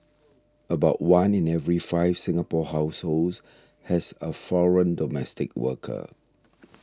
about one in every five Singapore households has a foreign domestic worker